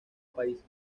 países